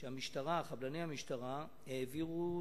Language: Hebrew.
אדוני היושב-ראש,